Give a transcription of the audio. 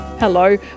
Hello